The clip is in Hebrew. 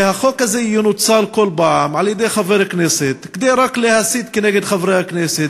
שהחוק הזה ינוצל כל פעם על-ידי חבר כנסת רק כדי להסית נגד חברי כנסת,